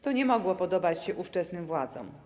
To nie mogło podobać się ówczesnym władzom.